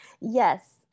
Yes